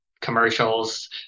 commercials